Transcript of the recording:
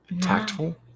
Tactful